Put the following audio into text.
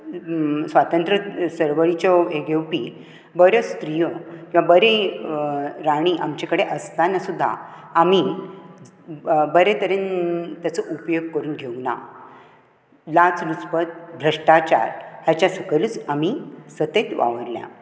स्वतंत्र चळवळीच्यो हो घेवपी बऱ्यो स्त्रियो किंवां बरी राणी आमचे कडेन आसताना सुद्दां आमी बरें तरेन ताचो बरो उपयोग करून घेवंक ना लाच लुचपत भ्रश्टाचार हाच्या सकयलुच आमी सतत वावुरल्यात